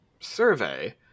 survey